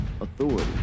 authority